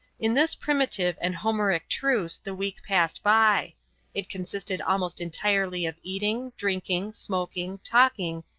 in this primitive and homeric truce the week passed by it consisted almost entirely of eating, drinking, smoking, talking,